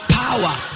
power